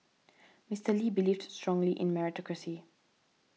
Mister Lee believed strongly in meritocracy